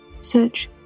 search